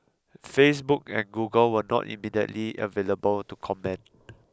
Facebook and Google were not immediately available to comment